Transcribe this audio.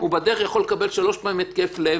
בדרך הוא יכול לקבל שלוש פעמים התקף לב,